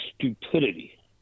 stupidity